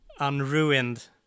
unruined